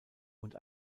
und